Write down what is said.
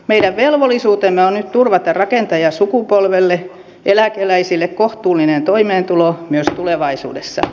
meidän velvollisuutemme on nyt turvata rakentajasukupolvelle eläkeläisille kohtuullinen toimeentulo myös tulevaisuudessa